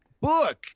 book